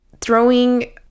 throwing